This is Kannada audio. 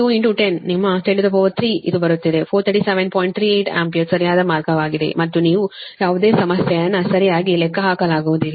38 ಆಂಪಿಯರ್ ಸರಿಯಾದ ಮಾರ್ಗವಾಗಿದೆ ಮತ್ತು ನೀವು ಯಾವುದೇ ಸಮಸ್ಯೆಯನ್ನು ಸರಿಯಾಗಿ ಲೆಕ್ಕ ಹಾಕಲಾಗುವುದಿಲ್ಲ